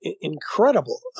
incredible